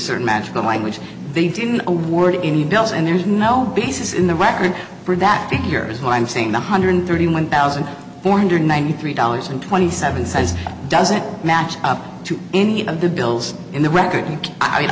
certain magical language they didn't award any bells and there's no basis in the record for that figure is what i'm saying one hundred thirty one thousand four hundred ninety three dollars and twenty seven cents doesn't match up to any of the bills in the record